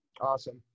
Awesome